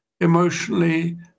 emotionally